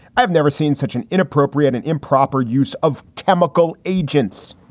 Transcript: i've never seen such an inappropriate and improper use of chemical agents.